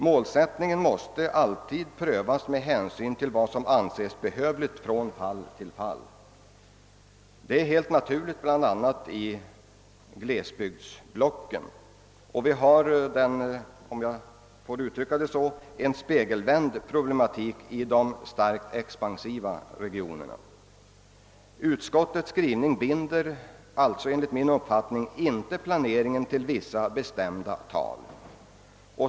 Målsättningen måste alltid prövas med hänsyn till vad som anses behövligt från fall till fall. Det är helt naturligt bl.a. i glesbygdsblocken. Och vi har — om jag så får uttrycka mig — en spegelvänd problematik i de starkt expansiva regionerna. Utskottets skrivning binder alltså enligt min mening inte planeringen till vissa bestämda tal.